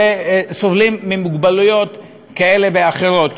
שסובלים ממוגבלות כזאת או אחרת.